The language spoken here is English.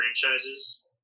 franchises